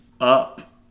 up